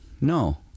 no